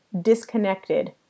disconnected